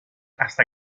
hasta